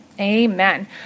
Amen